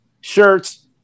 shirts